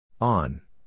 On